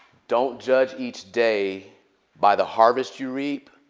don't judge each day by the harvest you reap.